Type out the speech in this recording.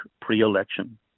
pre-election